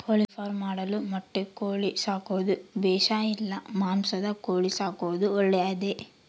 ಕೋಳಿಫಾರ್ಮ್ ಮಾಡಲು ಮೊಟ್ಟೆ ಕೋಳಿ ಸಾಕೋದು ಬೇಷಾ ಇಲ್ಲ ಮಾಂಸದ ಕೋಳಿ ಸಾಕೋದು ಒಳ್ಳೆಯದೇ?